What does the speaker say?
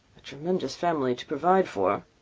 a tremendous family to provide for!